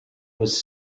was